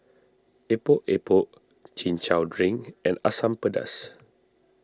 Epok Epok Chin Chow Drink and Asam Pedas